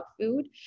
food